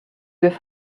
give